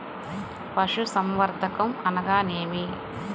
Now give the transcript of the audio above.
పశుసంవర్ధకం అనగానేమి?